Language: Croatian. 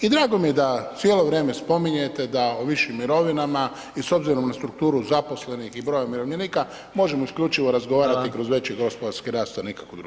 I drago mi je da cijelo vrijeme spominjete o višim mirovinama i s obzirom na strukturu zaposlenih i broja umirovljenika, možemo isključivo razgovarati kroz veći gospodarski rast a nikako drugačije.